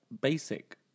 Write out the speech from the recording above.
basic